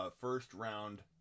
first-round